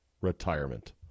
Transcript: retirement